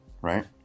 right